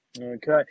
Okay